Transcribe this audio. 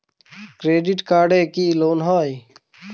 Credit কার্ডে কি loan হয়?